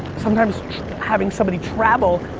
sometimes having somebody travel,